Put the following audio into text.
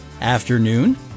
Afternoon